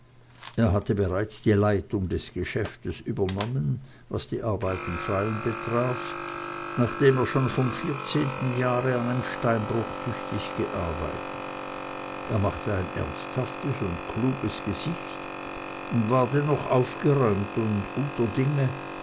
er hatte bereits die leitung des geschäftes übernommen was die arbeit im freien betraf nachdem er schon vom vierzehnten jahre an im steinbruch tüchtig gearbeitet er machte ein ernsthaftes und kluges gesicht und war dennoch aufgeräumt und guter dinge